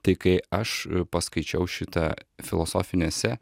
tai kai aš paskaičiau šitą filosofinį esė